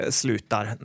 slutar